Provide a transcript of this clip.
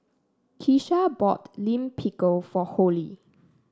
Kisha bought Lime Pickle for Holli